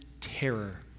terror